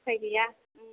उफाय गैया